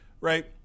right